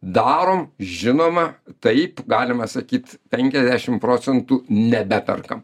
darom žinoma taip galima sakyti penkiasdešim procentų nebeperkam